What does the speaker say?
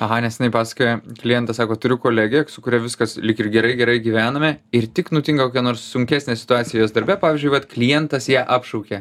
aha nesenai pasakojo klientas sako turiu kolegę su kuria viskas lyg ir gerai gerai gyvename ir tik nutinka kokia nors sunkesnė situacija jos darbe pavyzdžiui vat klientas ją apšaukė